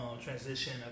transition